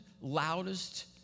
loudest